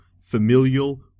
familial